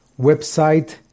Website